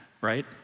right